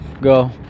go